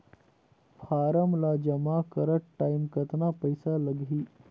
Form ला जमा करत टाइम कतना पइसा लगही?